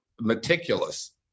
meticulous